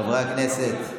חברי הכנסת.